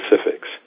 specifics